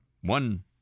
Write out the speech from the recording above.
One